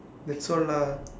that's all lah